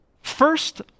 first